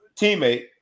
teammate